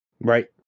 Right